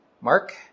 Mark